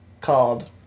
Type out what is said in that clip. called